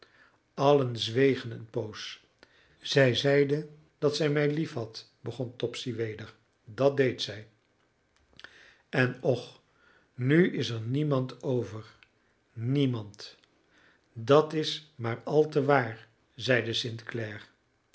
allen zwegen een poos zij zeide dat zij mij liefhad begon topsy weder dat deed zij en och nu is er niemand over niemand dat is maar al te waar zeide st